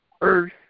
earth